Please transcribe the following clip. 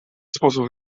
sposób